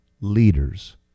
leaders